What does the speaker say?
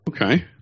Okay